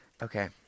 Okay